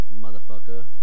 motherfucker